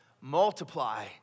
multiply